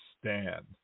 stand